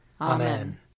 Amen